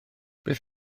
beth